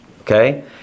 okay